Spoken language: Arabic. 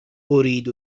أريد